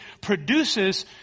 produces